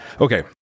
Okay